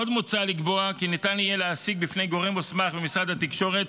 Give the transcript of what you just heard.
עוד מוצע לקבוע כי ניתן יהיה להשיג בפני גורם מוסמך במשרד התקשורת,